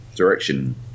direction